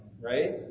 right